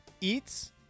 eats